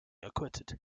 acquitted